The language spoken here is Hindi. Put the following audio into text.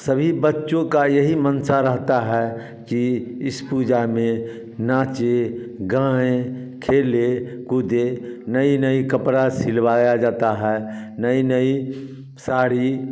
सभी बच्चों का यही मनसा रहता है कि इस पूजा में नाचे गाए खेलें कूदे नई नई कपड़ा सिलवाया जाता है नई नई साड़ी